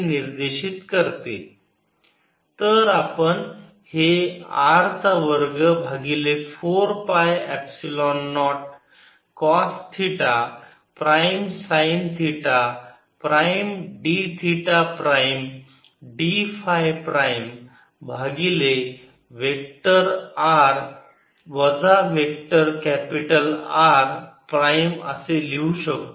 Vr 14π0 r RR2sinddϕ 14π0 cosθr RR2sinddϕR24π0 cosθr Rsinddϕ r30 cosθ for r≤RR330 cosθr2 for r≥R तर आपण हे R चा वर्ग भागिले 4 pi epsilon naught cos theta prime sine theta prime d theta prime d phi prime भागिले vector r वजा vector capital R prime असे लिहू शकतो